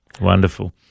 Wonderful